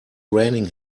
raining